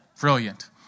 Brilliant